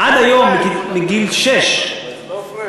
היום, מגיל שש, לא פריג'.